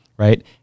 Right